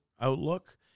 outlook